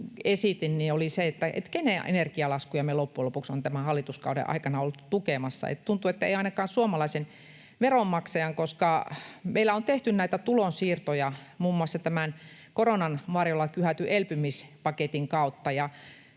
esitin, oli: kenen energialaskuja me loppujen lopuksi olemme tämän hallituskauden aikana olleet tukemassa? Tuntuu, ettei ainakaan suomalaisen veronmaksajan, koska meillä on tehty näitä tulonsiirtoja muun muassa tämän koronan varjolla kyhätyn elpymispaketin kautta,